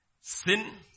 Sin